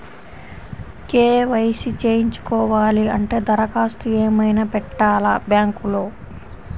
KYC చేయించుకోవాలి అంటే దరఖాస్తు ఏమయినా పెట్టాలా బ్యాంకులో?